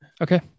Okay